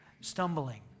stumbling